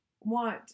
want